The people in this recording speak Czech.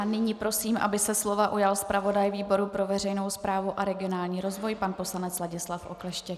Nyní prosím, aby se slova ujal zpravodaj výboru pro veřejnou správu a regionální rozvoj pan poslanec Ladislav Okleštěk.